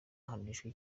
ahanishwa